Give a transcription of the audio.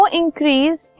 increase